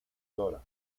dra